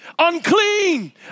unclean